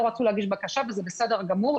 לא רצו להגיש בקשה וזה בסדר גמור.